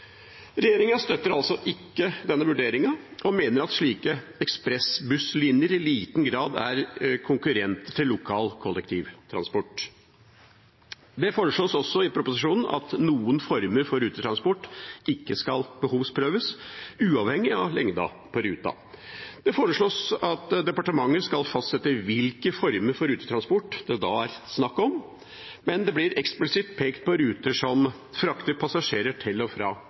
Regjeringa støtter ikke denne vurderingen og mener at slike ekspressbusslinjer i liten grad er konkurrenter til lokal kollektiv transport. Det foreslås også i proposisjonen at noen former for rutetransport ikke skal behovsprøves uavhengig av lengda på ruta. Det foreslås at departementet skal fastsette hvilke former for rutetransport det da er snakk om, men det blir eksplisitt pekt på ruter som frakter passasjerer til og fra